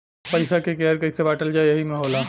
पइसा के केहर कइसे बाँटल जाइ एही मे होला